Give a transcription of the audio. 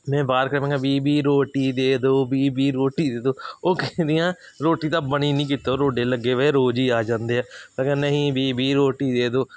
ਮੈਂ ਬਾਹਰ ਕਰਨ ਲੱਗਾ ਬੀ ਬੀ ਰੋਟੀ ਦੇ ਦਿਉ ਬੀ ਬੀ ਰੋਟੀ ਦੇ ਦਿਉ ਉਹ ਕਹਿੰਦੀਆਂ ਰੋਟੀ ਤਾਂ ਬਣੀ ਨਹੀਂ ਕਿਤੋਂ ਰੋਡੇ ਲੱਗੇ ਹੋਏ ਰੋਜ਼ ਹੀ ਆ ਜਾਂਦੇ ਆ ਮੈਂ ਕਿਹਾ ਨਹੀਂ ਬੀ ਬੀ ਰੋਟੀ ਦੇ ਦਿਉ